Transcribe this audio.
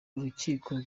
urukiko